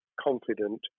confident